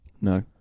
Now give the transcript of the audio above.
No